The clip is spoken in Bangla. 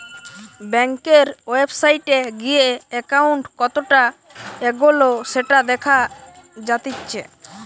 বেংকের ওয়েবসাইটে গিয়ে একাউন্ট কতটা এগোলো সেটা দেখা জাতিচ্চে